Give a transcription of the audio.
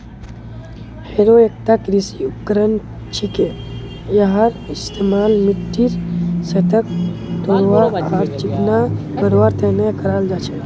harrow एकता कृषि उपकरण छिके यहार इस्तमाल मिट्टीर सतहक तोड़वार आर चिकना करवार तने कराल जा छेक